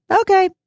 okay